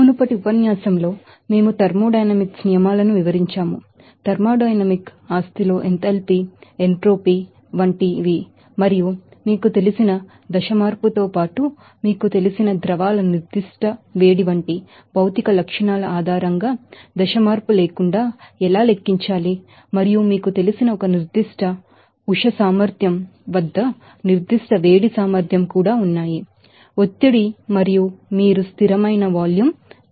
మునుపటి ఉపన్యాసంలో మేము థర్మోడైనమిక్స్ నియమాలను వివరించాము థర్మోడైనమిక్ ఆస్తిలో ఎంథాల్పీ ఎంట్రోపీ వంటిది మరియు మీకు తెలిసిన ఫేస్ చేంజ్ తో పాటు మీకు తెలిసిన ద్రవాల స్పెసిఫిక్ హిట్ వంటి భౌతిక లక్షణాల ఆధారంగా దశ మార్పు లేకుండా ఎలా లెక్కించాలి మరియు మీకు తెలిసిన ఒక స్పెసిఫిక్ హిట్ కెపాసిటీ కూడా ఉన్నాయి ప్రెషర్ మరియు మీరు స్థిరమైన వాల్యూమ్ తెలుసు